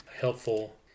helpful